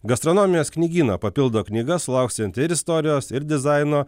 gastronomijos knygyną papildo knyga sulauksianti ir istorijos ir dizaino